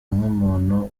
nk’umuntu